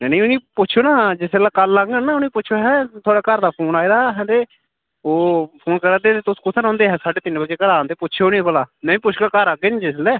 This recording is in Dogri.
नेईं नेईं उ'नें ई पुच्छेओ ना जिसलै कल्ल औङन ना उ'नें ई पुच्छेओ अहें थुआढ़े घर दा फोन आए दा हा अहें ते ओह् फोन करै दे हे तुस कुत्थै रौंह्दे अहें साड्ढे तिन्न बजे घरां औंदे पुच्छेओ उ'नें ई भला में बी पुच्छगा घर औंदे निं जिसलै